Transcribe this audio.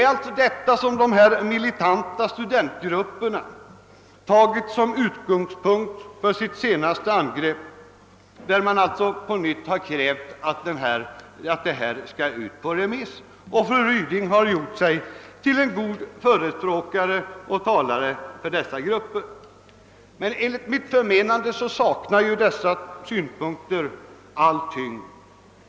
Detta har de militanta studentgrupperna alltså tagit som utgångspunkt för sitt senaste angrepp, då de på nytt har fordrat att förslaget skall sändas ut på remiss; fru Ryding har gjort sig till en god förespråkare för dessa grupper. Enligt mitt förmenande saknar dessa synpunkter all tyngd.